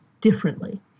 differently